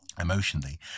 emotionally